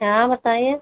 और बताइए